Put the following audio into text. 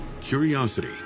curiosity